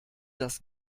das